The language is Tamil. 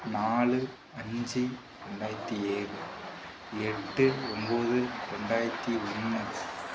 நாலு அஞ்சு ரெண்டாயிரத்து ஏழு எட்டு ஒம்பது ரெண்டாயிரத்து ஒன்று